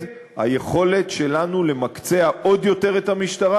היכולת שלנו למקצע עוד יותר את המשטרה,